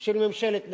של ממשלת נתניהו.